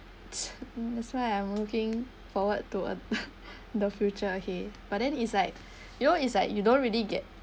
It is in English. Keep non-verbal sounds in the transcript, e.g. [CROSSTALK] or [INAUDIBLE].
[NOISE] that's why I'm looking forward to a [LAUGHS] the future ahead but then it's like you know it's like you don't really get